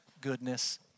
goodness